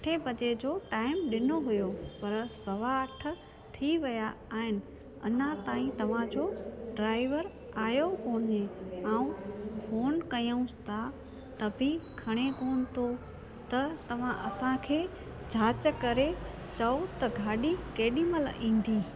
अठे बजे जो टाइम ॾिनो हुओ पर सवा अठ थी विया आहिनि अञा ताईं तव्हांजो ड्राइवर आयो कोन्हे ऐं फ़ोन कयूंसि था त बि खणे कोन थो त तव्हां असांखे जांच करे चयो त गाॾी केॾी महिल ईंदी